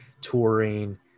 touring